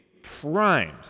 primed